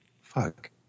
fuck